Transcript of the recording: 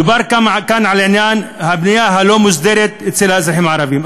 דובר כאן על עניין הבנייה הלא-מוסדרת אצל האזרחים הערבים.